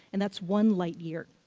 and that's one light-year.